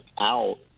out